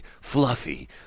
Fluffy